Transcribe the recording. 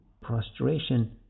prostration